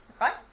Right